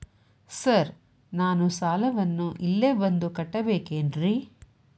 Sir ನಾನು ಸಾಲವನ್ನು ಇಲ್ಲೇ ಬಂದು ಕಟ್ಟಬೇಕೇನ್ರಿ?